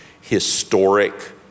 historic